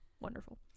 Wonderful